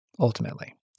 ultimately